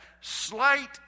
slight